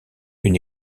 une